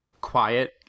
quiet